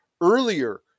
earlier